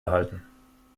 erhalten